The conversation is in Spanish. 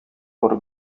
por